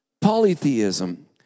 polytheism